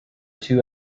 two